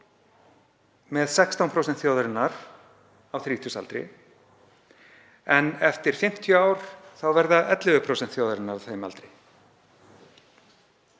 dag 16% þjóðarinnar á þrítugsaldri en eftir 50 ár verða 11% þjóðarinnar á þeim aldri.